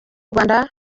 rwanda